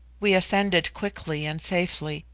we ascended quickly and safely,